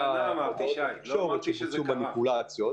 אמרתי שזו טענה.